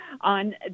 on